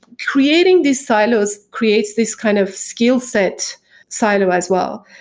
creating these siloes creates this kind of skillset silo as well.